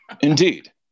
Indeed